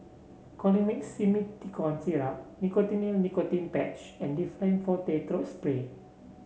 Colimix Simethicone Syrup Nicotinell Nicotine Patch and Difflam Forte Throat Spray